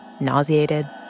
nauseated